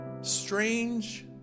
strange